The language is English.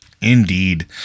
Indeed